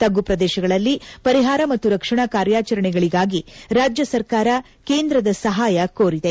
ತಗ್ಗು ಪ್ರದೇಶಗಳಲ್ಲಿ ಪರಿಹಾರ ಮತ್ತು ರಕ್ಷಣಾ ಕಾರ್ಯಾಚರಣೆಗಳಿಗಾಗಿ ರಾಜ್ಯ ಸರ್ಕಾರ ಕೇಂದ್ರದ ಸಹಾಯ ಕೋರಿದೆ